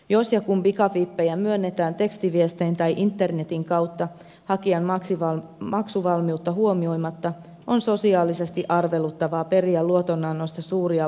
jos ja kun pikavippejä myönnetään tekstiviestein tai internetin kautta hakijan maksuvalmiutta huomioimatta on sosiaalisesti arveluttavaa periä luotonannosta suuria voittoja